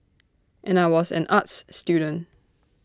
and I was an arts student